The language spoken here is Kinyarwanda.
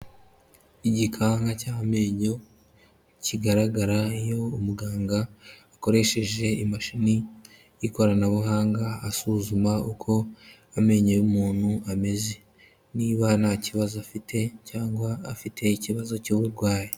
Igikanka cy'amenyo kigaragara iyo umuganga akoresheje imashini y'ikoranabuhanga asuzuma uko amenyo y'umuntu ameze, niba nta kibazo afite cyangwa afite ikibazo cy'uburwayi.